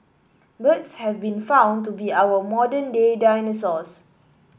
birds have been found to be our modern day dinosaurs